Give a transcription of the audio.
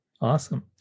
Awesome